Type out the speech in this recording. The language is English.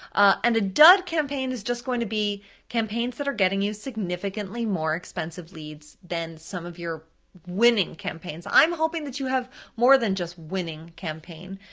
and a dud campaign is just going to be campaigns that are getting you significantly more expensive leads than some of your winning campaigns. i'm hoping that you have more than just winning campaign,